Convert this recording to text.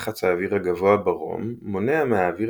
לחץ האוויר הגבוה ברום מונע מהאוויר